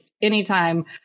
Anytime